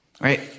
right